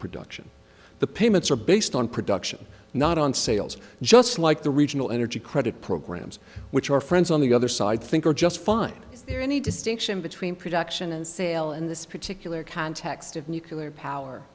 production the payments are based on production not on sales just like the regional energy credit programs which our friends on the other side think are just fine any distinction between production and sale in this particular context of nuclear power